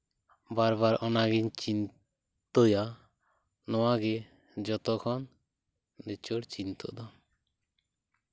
ᱵᱟᱨᱼᱵᱟᱨ ᱚᱱᱟᱜᱤᱧ ᱪᱤᱱᱛᱟᱹᱭᱟ ᱱᱚᱣᱟ ᱜᱮ ᱡᱚᱛᱚ ᱠᱷᱚᱱ ᱞᱤᱪᱟᱹᱲ ᱪᱤᱱᱛᱟᱹ ᱫᱚ